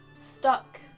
stuck